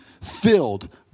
filled